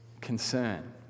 concern